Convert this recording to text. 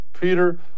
Peter